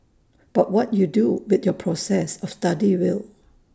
but what you do with your process of study will